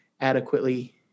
adequately